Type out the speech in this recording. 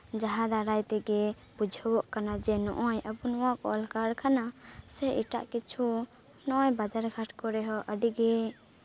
ᱡᱟᱦᱟᱸ ᱫᱟᱨᱟᱭ ᱛᱮᱜᱮ ᱵᱩᱡᱷᱟᱹᱣᱚᱜ ᱠᱟᱱᱟ ᱡᱮ ᱱᱚᱸᱜᱼᱚᱭ ᱟᱵᱚ ᱱᱚᱣᱟ ᱠᱚᱞ ᱠᱟᱨᱠᱷᱟᱱᱟ ᱥᱮ ᱮᱴᱟᱜ ᱠᱤᱪᱷᱩ ᱱᱚᱸᱜᱼᱚᱭ ᱵᱟᱡᱟᱨ ᱦᱟᱴ ᱠᱚᱨᱮᱦᱚᱸ ᱟᱹᱰᱤᱜᱮ